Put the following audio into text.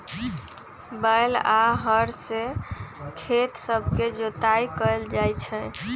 बैल आऽ हर से खेत सभके जोताइ कएल जाइ छइ